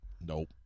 Nope